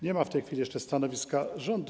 Nie ma w tej chwili jeszcze stanowiska rządu.